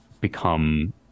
become